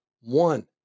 One